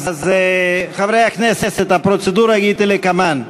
אז, חברי הכנסת, הפרוצדורה היא כדלקמן: